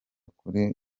kuri